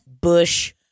bush